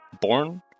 born